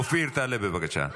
אופיר, תעלה, בבקשה.